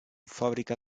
fábrica